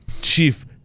Chief